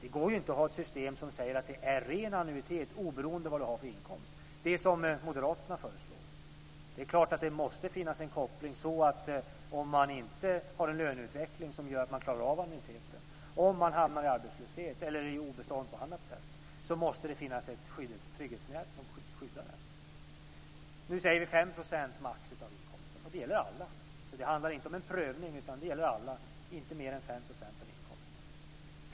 Det går inte ha en system med ren annuitet oberoende av vad man har för inkomst - det som Moderaterna föreslår. Det handlar inte om en prövning, utan det gäller alla. Man ska inte betala mer än 5 % av inkomsten.